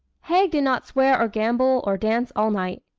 haig did not swear or gamble or dance all night.